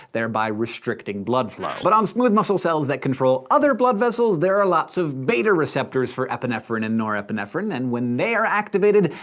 thereby restricting blood flow. but on smooth muscle cells that control other blood vessels, there are lots of beta receptors for epinephrine and norepinephrine, and when they are activated,